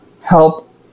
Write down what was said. help